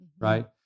right